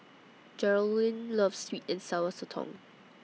Geralyn loves Sweet and Sour Sotong